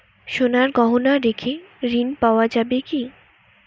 সোনার গহনা রেখে ঋণ পাওয়া যাবে কি?